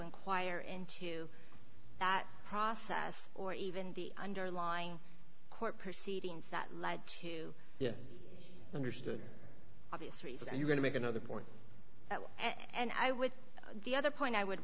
enquire into that process or even the underlying court proceedings that led to yes understood obvious reasons i'm going to make another point that and i would the other point i would